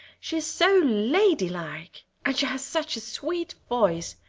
she is so ladylike and she has such a sweet voice.